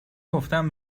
گفتم